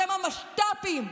אתם המשת"פים,